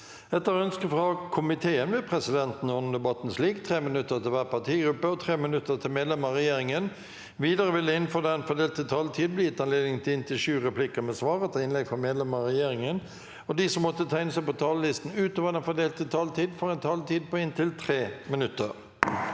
og omsorgskomiteen vil presidenten ordne debatten slik: 3 minutter til hver partigruppe og 3 minutter til medlemmer av regjeringen. Videre vil det – innenfor den fordelte taletid – bli gitt anledning til inntil sju replikker med svar etter innlegg fra medlemmer av regjeringen, og de som måtte tegne seg på talerlisten utover den fordelte taletid, får også en taletid på inntil 3 minutter.